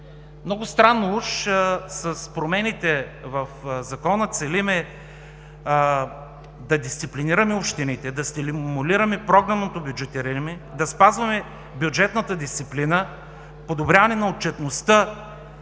Много странно: уж с промените в Закона целим да дисциплинираме общините, да стимулираме програмното бюджетиране, да спазваме бюджетната дисциплина, подобряването на отчетността